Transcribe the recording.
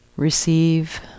receive